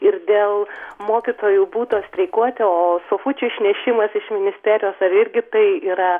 ir dėl mokytojų būdo streikuoti o sofučių išnešimas iš ministerijos ar irgi tai yra